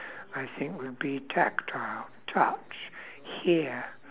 I think would be tactile touch hear